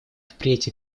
впредь